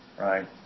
right